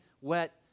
wet